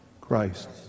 Christ